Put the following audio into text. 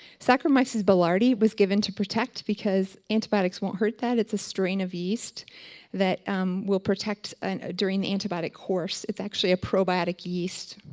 saccharomyces boulardii was given to protect, because antibiotics won't hurt that, it's a strain of yeast that um will protect and during the antibiotic course. it's actually a probiotic yeast.